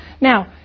Now